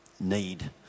need